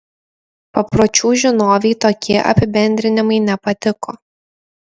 papročių žinovei tokie apibendrinimai nepatiko